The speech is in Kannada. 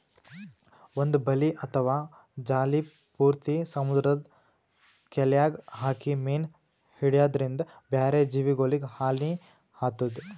ಒಂದ್ ಬಲಿ ಅಥವಾ ಜಾಲಿ ಪೂರ್ತಿ ಸಮುದ್ರದ್ ಕೆಲ್ಯಾಗ್ ಹಾಕಿ ಮೀನ್ ಹಿಡ್ಯದ್ರಿನ್ದ ಬ್ಯಾರೆ ಜೀವಿಗೊಲಿಗ್ ಹಾನಿ ಆತದ್